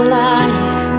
life